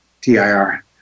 TIR